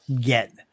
get